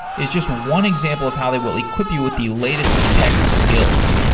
is just one example of how they will equip you with the latest tech skills.